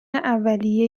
اولیه